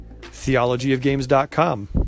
TheologyofGames.com